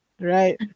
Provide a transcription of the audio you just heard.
right